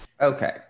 Okay